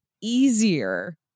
easier